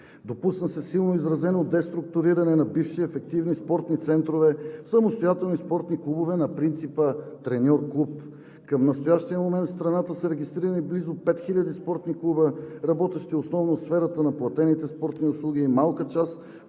Допусна се силно изразено деструктуриране на бивши ефективни спортни центрове, самостоятелни спортни клубове на принципа „треньор – клуб“. Към настоящия момент в страната са регистрирани близо 5000 спортни клуба, работещи основно в сферата на платените спортни услуги, и малка част